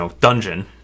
dungeon